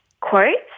quotes